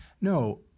No